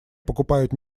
покупают